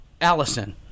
Allison